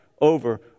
over